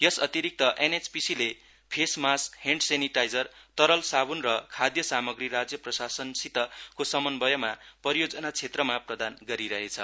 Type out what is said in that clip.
यस अतिरिक्त एनएचपीसीले face mask hand sanitizer तरल साब्न र खाद्य सामाग्रीहरू राज्य प्रशासनसितको समन्वयमा परियोजना क्षेत्रमा प्रदान गरिरहेछ